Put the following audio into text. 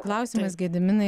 klausimas gediminai